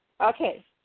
Okay